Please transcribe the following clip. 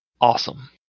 Awesome